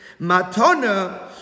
Matana